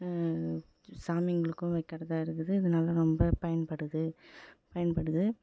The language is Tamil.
சாமிங்களுக்கும் வைக்கிறதா இருக்குது இதனால ரொம்ப பயன்படுது பயன்படுது